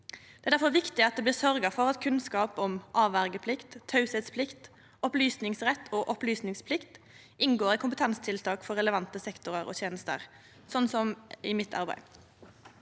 Det er difor viktig at det blir sørgt for at kunnskap om avverjingsplikt, teieplikt, opplysingsrett og opplysingsplikt inngår i kompetansetiltak for relevante sektorar og tenester, som i mitt arbeid.